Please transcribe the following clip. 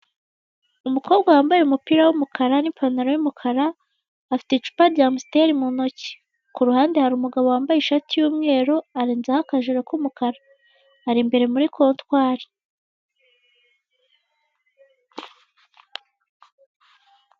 Umukobwa wambaye umupira w'umukara n'ipantaro y'umukara afite icupa ry'amusiteri mu ntoki, ku ruhande hari umugabo wambaye ishati y'umweru arenzaho akajiri k'umukara ari imbere muri kontwari.